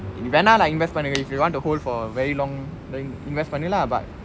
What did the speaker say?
வேனுனா:venunaa like investment பன்னு:pannu if you want to hold for very long then invest பன்னு:pannu lah but